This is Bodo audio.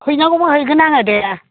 हैनांगौबा हैगोन आङो दे